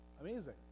amazing